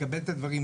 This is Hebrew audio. לקבל את הדברים,